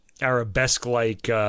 arabesque-like